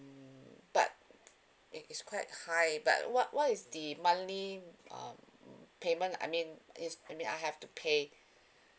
but it's quite high but what what is the monthly um payment I mean it's I mean I have to pay